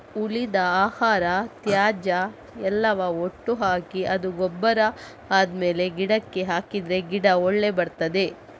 ಉಳಿದ ಆಹಾರ, ತ್ಯಾಜ್ಯ ಎಲ್ಲವ ಒಟ್ಟು ಹಾಕಿ ಅದು ಗೊಬ್ಬರ ಆದ್ಮೇಲೆ ಗಿಡಕ್ಕೆ ಹಾಕಿದ್ರೆ ಗಿಡ ಒಳ್ಳೆ ಬರ್ತದೆ